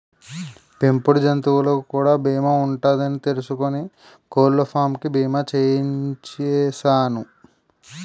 పెంపుడు జంతువులకు కూడా బీమా ఉంటదని తెలుసుకుని కోళ్ళపాం కి బీమా చేయించిసేను